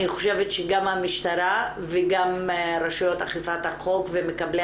אני חושבת שגם המשטרה וגם רשויות אכיפת החוק ומקבלי